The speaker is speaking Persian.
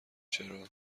چرا